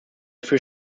dafür